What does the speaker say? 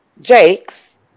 Jakes